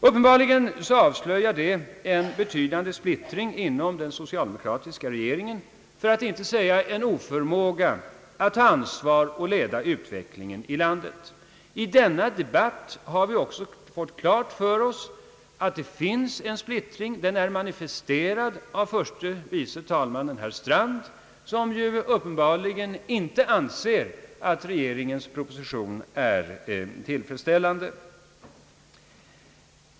Uppenbarligen avslöjar det en betydande splittring inom den socialdemokratiska regeringen, för att inte säga en oförmåga att ta ansvar och leda utvecklingen i landet. I denna debatt har vi också fått klart för oss att det finns en splittring. Den är manifesterad av herr förste vice talmannen Strand, som uppenbarligen inte anser att regeringens proposition är tillfredsställande.